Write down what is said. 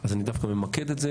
אז אני דווקא ממקד את זה.